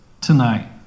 tonight